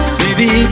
baby